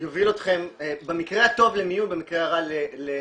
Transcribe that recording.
יוביל אתכם במקרה הטוב למיון, במקרה הרע למוות.